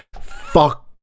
fuck